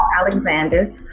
Alexander